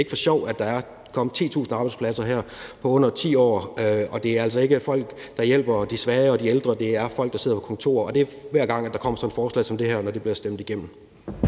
det er ikke for sjov, at der er kommet 10.000 arbejdspladser her på under 10 år. Og det er altså ikke folk, der hjælper de svage og de ældre; det er folk, der sidder på kontor. Og det sker, hver gang der kommer sådan et forslag som det her og det bliver stemt igennem.